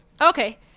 Okay